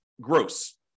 gross